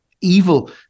evil